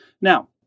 Now